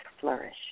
flourish